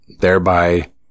thereby